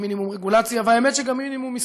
במינימום רגולציה והאמת שגם במינימום מיסוי.